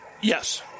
Yes